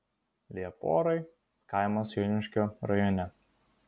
lieporai kaimas joniškio rajone